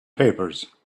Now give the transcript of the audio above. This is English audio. papers